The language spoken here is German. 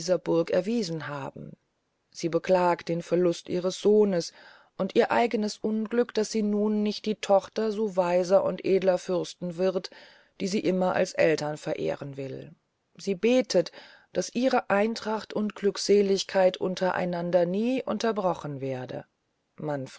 erwiesen haben sie beklagt den verlust ihres sohnes und ihr eignes unglück daß sie nun nicht die tochter so weiser und edler fürsten wird die sie immer als eltern verehren will sie betet daß ihre eintracht und glückseligkeit untereinander nie unterbrochen werde